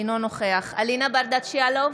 אינו נוכח אלינה ברדץ' יאלוב,